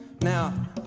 Now